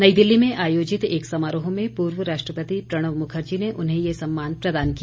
नई दिल्ली में आयोजित एक समारोह में पूर्व राष्ट्रपति प्रणव मुखर्जी ने उन्हें ये सम्मान प्रदान किया